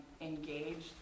engaged